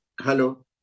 Hello